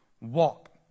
walk